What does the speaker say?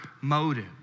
motive